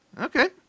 Okay